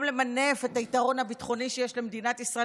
למנף את היתרון הביטחוני שיש למדינת ישראל,